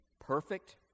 perfect